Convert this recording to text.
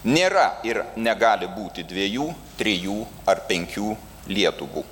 nėra ir negali būti dviejų trijų ar penkių lietuvų